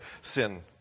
sin